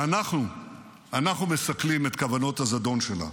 ואנחנו מסכלים את כוונות הזדון שלה.